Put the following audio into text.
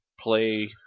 play